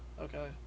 Okay